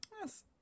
Yes